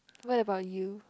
what about you